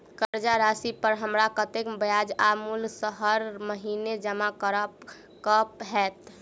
कर्जा राशि पर हमरा कत्तेक ब्याज आ मूल हर महीने जमा करऽ कऽ हेतै?